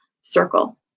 circle